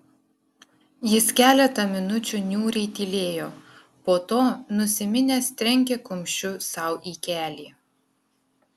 jis keletą minučių niūriai tylėjo po to nusiminęs trenkė kumščiu sau į kelį